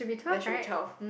there should be twelve